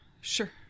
sure